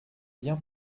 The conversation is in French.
bien